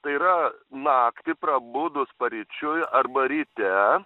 tai yra naktį prabudus paryčiui arba ryte